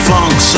Funk